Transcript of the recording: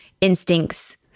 instincts